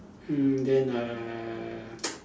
mm then err